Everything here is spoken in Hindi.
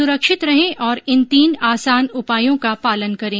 सुरक्षित रहें और इन तीन आसान उपायों का पालन करें